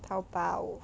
Taobao